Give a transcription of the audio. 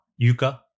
yuka